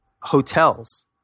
hotels